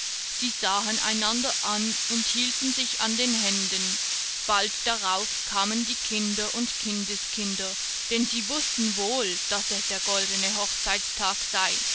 sie sahen einander an und hielten sich an den händen bald darauf kamen die kinder und kindeskinder denn sie wußten wohl daß es der goldene hochzeitstag sei